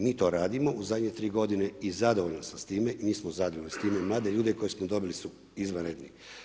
Mi to radimo u zadnje 3 g. i zadovoljan sam s time, mi smo zadovoljni s time, jer mladi ljudi koji smo dobili su izvanredni.